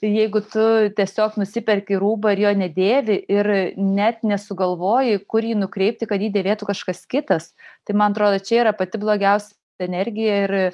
jeigu tu tiesiog nusiperki rūbą ir jo nedėvi ir net nesugalvoji kur jį nukreipti kad jį dėvėtų kažkas kitas tai man atrodo čia yra pati blogiaus tai energija ir